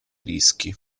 rischi